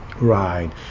right